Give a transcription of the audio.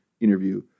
interview